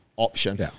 option